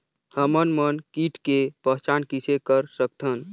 हमन मन कीट के पहचान किसे कर सकथन?